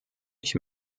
ich